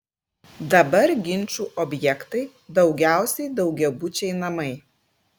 dabar ginčų objektai daugiausiai daugiabučiai namai